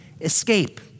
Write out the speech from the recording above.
escape